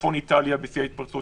צפון איטליה בשיא ההתפרצות,